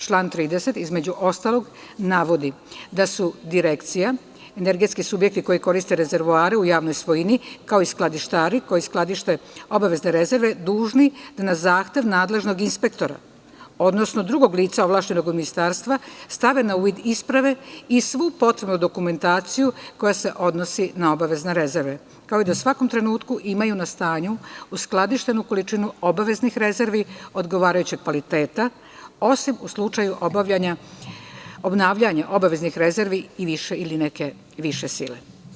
Član 30. između ostalog navodi da su Direkcija, energetski subjekti koji koriste rezervoare u javnoj svojini, kao i skladištari koji skladište obavezne rezerve, dužni da na zahtev nadležnog inspektora, odnosno drugog lica ovlašćenog od ministarstva, stave na uvid isprave i svu potrebnu dokumentaciju koja se odnosi na obavezne rezerve, kao i da u svakom trenutku imaju na stanju uskladištenu količinu obaveznih rezervi odgovarajućeg kvaliteta, osim u slučaju obnavljanja obaveznih rezervi ili neke više sile.